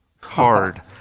hard